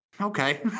okay